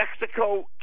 Mexico